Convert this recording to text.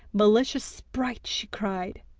malicious sprite she cried,